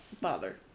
bother